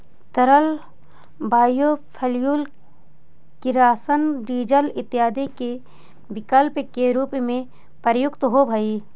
तरल बायोफ्यूल किरासन, डीजल इत्यादि के विकल्प के रूप में प्रयुक्त होवऽ हई